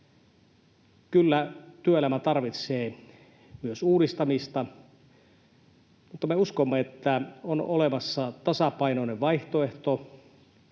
kyllä työelämä tarvitsee myös uudistamista. Me uskomme, että on olemassa tasapainoinen vaihtoehto